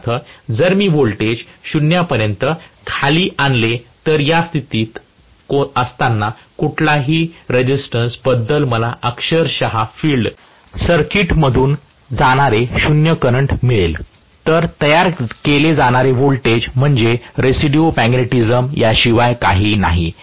उदाहरणार्थ जर मी हे व्होल्टेज 0 पर्यंत खाली आणले तर या स्थितीत असताना कुठल्याही रेजिस्टन्स बद्दल मला अक्षरशः फिल्ड सर्किट मधून जाणारे 0 करंट मिळेल तर तयार केले जाणारे व्होल्टेज म्हणजे रेसिड्यू मॅग्नेटिझम याशिवाय काही नाही